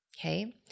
Okay